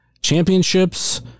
Championships